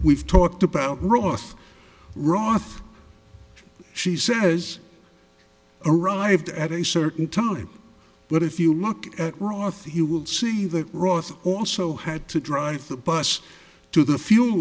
we've talked about ross roth she says arrived at a certain time but if you look at roth you will see that ross also had to drive the bus to the fuel